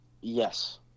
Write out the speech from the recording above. Yes